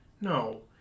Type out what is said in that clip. No